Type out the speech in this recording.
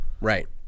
Right